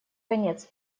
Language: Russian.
конец